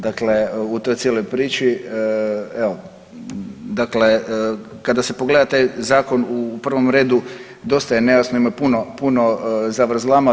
Dakle u toj cijeloj priči evo, dakle kada se pogleda taj zakon u prvom redu dosta je nejasno, ima puno zavrzlama.